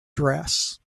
dress